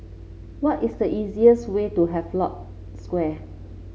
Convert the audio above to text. what is the easiest way to Havelock Square